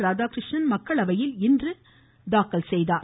ராதாகிருஷ்ணன் மக்களவையில் இன்று தாக்கல் செய்தார்